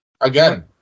Again